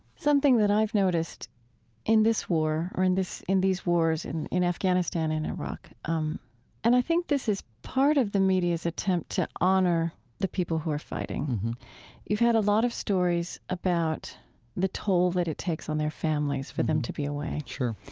something that i've noticed in this war, or in this in these wars in in afghanistan and iraq um and i think this is part of the media's attempt to honor the people who are fighting you've had a lot of stories about the toll that it takes on their families for them to be away sure